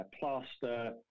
plaster